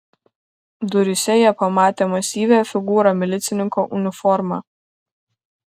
duryse jie pamatė masyvią figūrą milicininko uniforma